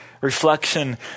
Reflection